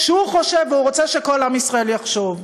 שהוא חושב והוא רוצה שכל עם ישראל יחשוב.